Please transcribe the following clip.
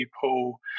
people